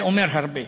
זה אומר הרבה.